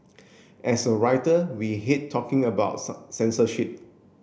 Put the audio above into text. as a writer we hate talking about censorship